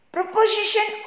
Proposition